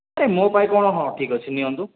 ଏ ମୋ ପାଇଁ କ'ଣ ହଁ ଠିକ ଅଛି ନିଅନ୍ତୁ